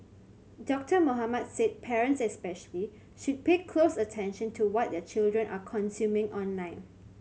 Doctor Mohamed said parents especially should pay close attention to what their children are consuming online